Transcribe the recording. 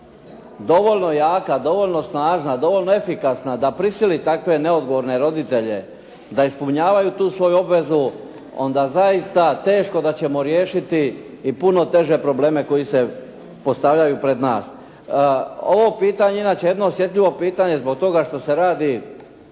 dovoljno jaka, dovoljno snažna, dovoljno efikasna da prisili takve neodgovorne roditelje da ispunjavaju tu svoju obvezu onda zaista teško da ćemo riješiti i puno teže probleme koji se postavljaju pred nas. Ovo pitanje je inače jedno osjetljivo pitanje zbog toga što se radi